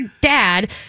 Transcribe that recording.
dad